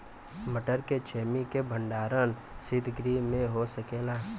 मटर के छेमी के भंडारन सितगृह में हो सकेला?